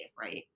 right